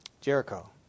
Jericho